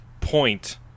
point